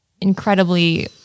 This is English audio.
incredibly